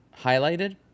highlighted